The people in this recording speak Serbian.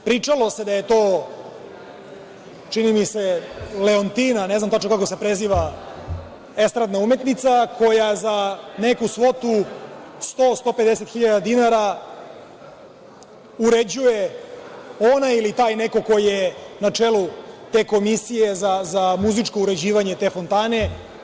Pričalo se da je to, čini mi se, Leontina, ne znam tačno kako se preziva, estradna umetnica, koja za neku svotu, 100-150 hiljada dinara uređuje, ona ili taj neko ko je na čelu te komisije za muzičko uređivanje te fontane.